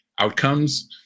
outcomes